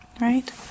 right